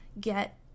get